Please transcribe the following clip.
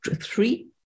three